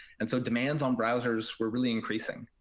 and so demands on browsers were really increasing.